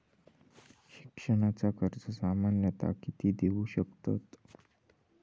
शिक्षणाचा कर्ज सामन्यता किती देऊ शकतत?